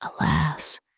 alas